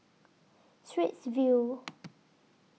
Straits View